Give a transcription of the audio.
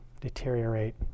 deteriorate